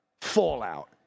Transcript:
Fallout